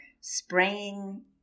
spraying